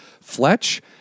Fletch